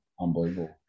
Unbelievable